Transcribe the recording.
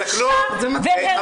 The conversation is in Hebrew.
בושה וחרפה.